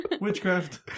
Witchcraft